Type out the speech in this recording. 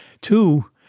Two